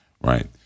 right